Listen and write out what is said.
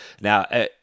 Now